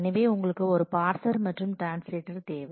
எனவே உங்களுக்கு ஒரு பார்சர் மற்றும் ட்ரான்ஸ்லேட்டர் தேவை